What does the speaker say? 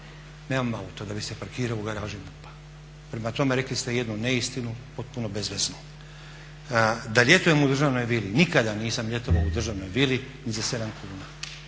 nemam auto da bih se parkirao u garaži MUP-a. Prema tome rekli ste jednu neistinu, potpuno bezveznu. Da ljetujem u državnoj vili. Nikada nisam ljetovao u državnoj vili, ni za 7 kuna.